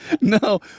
No